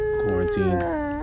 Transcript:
quarantine